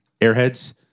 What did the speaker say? Airheads